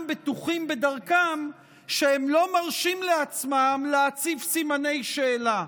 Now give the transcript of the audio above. בטוחים בדרכם עד שהם לא מרשים לעצמם להציב סימני שאלה.